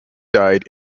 died